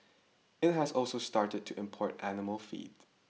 it has also started to import animal feed